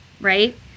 right